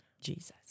Jesus